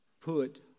put